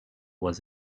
was